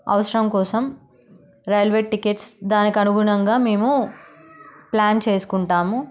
అవసరం కోసం railway tickets దానికి అనుగుణంగా మేము ప్లాన్ చేసుకుంటాము